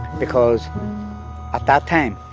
because at that time,